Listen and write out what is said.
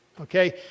Okay